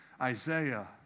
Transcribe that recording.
Isaiah